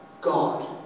God